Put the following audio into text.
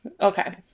Okay